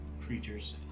creatures